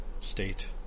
state